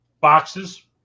Boxes